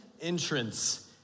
entrance